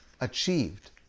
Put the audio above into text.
achieved